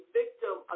victim